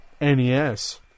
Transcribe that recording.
NES